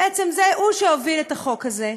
בעצם הוא שהוביל את החוק הזה.